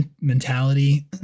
mentality